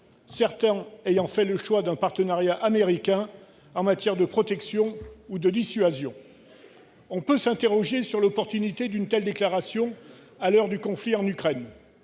eux ayant fait le choix d'un partenariat américain en matière de protection ou de dissuasion. On peut s'interroger sur l'opportunité d'une telle déclaration à l'heure du conflit en Ukraine.